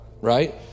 right